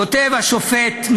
כותב השופט,